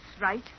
right